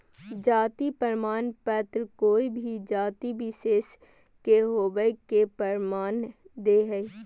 जाति प्रमाण पत्र कोय भी जाति विशेष के होवय के प्रमाण दे हइ